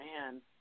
man